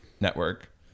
network